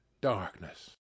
darkness